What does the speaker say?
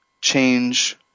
change